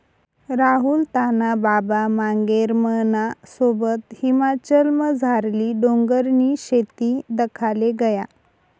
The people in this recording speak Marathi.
राहुल त्याना बाबा मांगेरामना सोबत हिमाचलमझारली डोंगरनी शेती दखाले गया